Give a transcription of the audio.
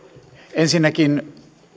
ensinnäkin